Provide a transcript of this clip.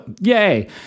yay